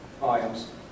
volumes